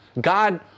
God